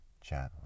gently